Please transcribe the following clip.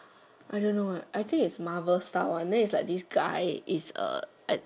I don't know I think is Marvel style one then is like this guy is a